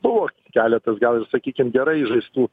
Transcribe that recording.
buvo keletas gal ir sakykim gerai įžaistų